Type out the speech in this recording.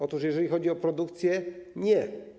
Otóż jeżeli chodzi o produkcję, nie.